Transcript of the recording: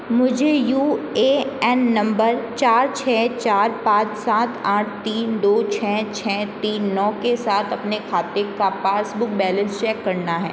मुझे U A N नंबर चार छ चार पाँच सात आठ तीन दो छ छ तीन नौ के साथ अपने खाते का पासबुक बैलेंस चेक करना है